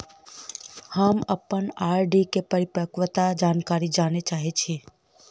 हम अप्पन आर.डी केँ परिपक्वता जानकारी जानऽ चाहै छी